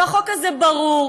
והחוק הזה ברור,